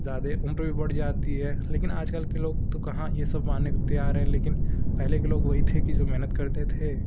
ज़ादे उम्र पर भी बढ़ जाती है लेकिन आजकल के लोग तो कहाँ ये सब मानने को तैयार है लेकिन पहले के लोग वही थे कि जो मेहनत करते ते